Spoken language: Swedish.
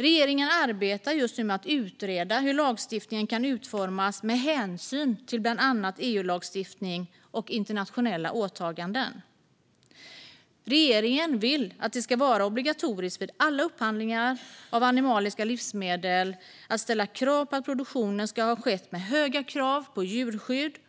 Regeringen arbetar just nu med att utreda hur lagstiftningen kan utformas med hänsyn till bland annat EU-lagstiftning och internationella åtaganden. Regeringen vill att det ska vara obligatoriskt vid alla upphandlingar av animaliska livsmedel att ställa krav på att produktionen skett med hög nivå på djurskyddet